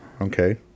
Okay